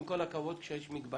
עם כל הכבוד, כשיש מגבלה,